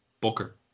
booker